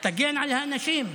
תגן על האנשים.